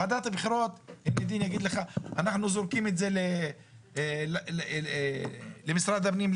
ועדת הבחירות זורקים את זה למשרד הפנים,